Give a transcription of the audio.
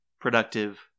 productive